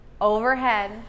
overhead